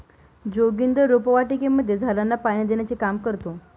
जोगिंदर रोपवाटिकेमध्ये झाडांना पाणी देण्याचे काम करतो